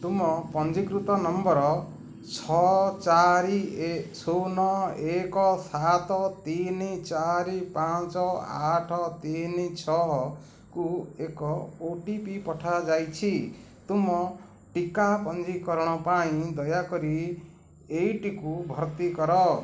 ତୁମ ପଞ୍ଜୀକୃତ ନମ୍ବର୍ ଛଅ ଚାରି ଶୂନ ଏକ ସାତ ତିନି ଚାରି ପାଞ୍ଚ ଆଠ ତିନି ଛଅକୁ ଏକ ଓ ଟି ପି ପଠାଯାଇଛି ତୁମ ଟିକା ପଞ୍ଜୀକରଣ ପାଇଁ ଦୟାକରି ଏଇଟିକୁ ଭର୍ତ୍ତି କର